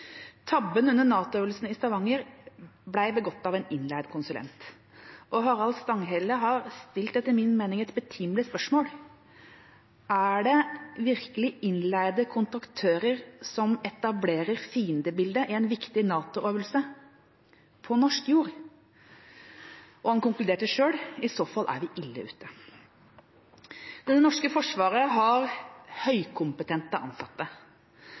Tabben under NATO-øvelsen i Stavanger ble begått av en innleid konsulent, og Harald Stanghelle har etter min mening stilt et betimelig spørsmål: Er det virkelig innleide kontraktører som etablerer fiendebildet i en viktig NATO-øvelse på norsk jord? Han konkluderte selv: I så fall er vi ille ute. Det norske Forsvaret har høykompetente ansatte.